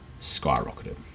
skyrocketed